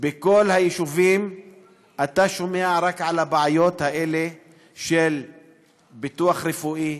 בכל היישובים אתה שומע רק על הבעיות האלה של ביטוח רפואי,